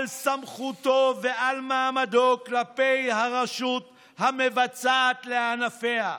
על סמכותו ועל מעמדו כלפי הרשות המבצעת לענפיה.